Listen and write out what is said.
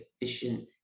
efficient